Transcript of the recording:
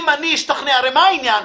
הרי מה העניין?